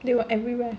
they were everywhere